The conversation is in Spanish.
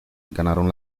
ganaron